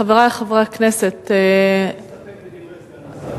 חברי חברי הכנסת, אני מסתפק בדברי סגן השר.